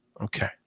Okay